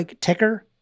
ticker